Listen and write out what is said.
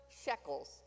shekels